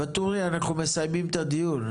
ואטורי אנחנו מסיימים את הדיון.